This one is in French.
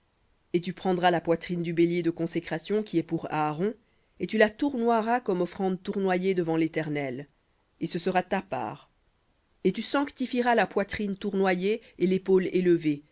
et tu prendras la poitrine du bélier de consécration qui est pour aaron et tu la tournoieras comme offrande tournoyée devant l'éternel et ce sera ta part et tu sanctifieras la poitrine tournoyée et l'épaule élevée